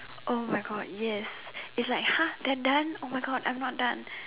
!oh-my-God! yes it's like !huh! they are done !oh-my-God! I'm not done